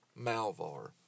Malvar